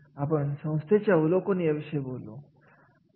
आता एखाद्या कार्याचे आर्थिक आढावा काय असेल ते पाहू या